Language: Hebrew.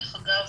דרך אגב,